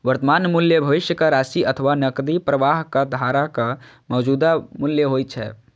वर्तमान मूल्य भविष्यक राशि अथवा नकदी प्रवाहक धाराक मौजूदा मूल्य होइ छै